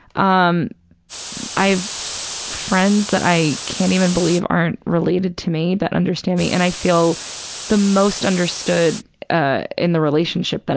um i have friends that i can't even believe aren't related to me, that understand me, and i feel the most understood ah in the relationship, and